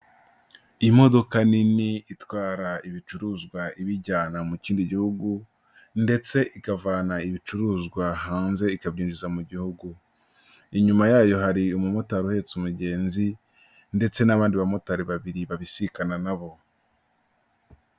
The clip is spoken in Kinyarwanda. Imodoka nini itwara ibicuruzwa ibijyana mu kindi gihugu ndetse ikavana ibicuruzwa hanze ikabyinjiza mu gihugu, inyuma yayo hari umumotari ahetse umugenzi ndetse n'abandi bamotari babiri babisikana na bo.